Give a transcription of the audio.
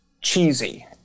cheesy